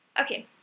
okay